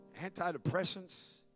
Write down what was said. Antidepressants